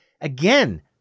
again